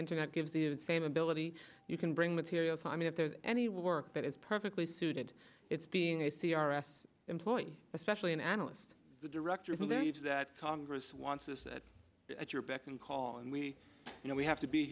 internet gives the same ability you can bring materials i mean if there's any work that is perfectly suited it's being a c r s employee especially an analyst the director who leads that congress wants to sit at your beck and call and we you know we have to be